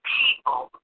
people